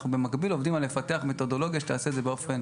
אנחנו במקביל עובדים על לפתח מתודולוגיה שתעשה את זה באופן